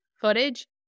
footage